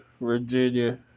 Virginia